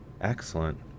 excellent